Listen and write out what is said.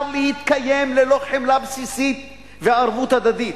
להתקיים ללא חמלה בסיסית וערבות הדדית.